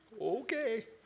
okay